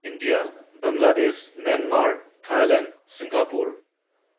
India Bangladesh Myanmar Thailand Singapore